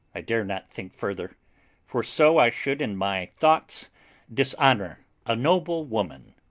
i dare not think further for so i should in my thoughts dishonour a noble woman!